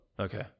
Okay